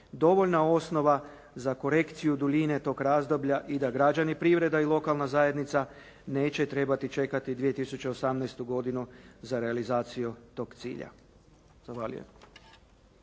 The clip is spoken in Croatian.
dovoljna osnova za korekciju duljine tog razdoblja i da građani, privreda i lokalna zajednica neće trebati čekati 2018. godinu za realizaciju tog cilja.